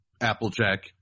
Applejack